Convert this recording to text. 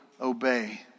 obey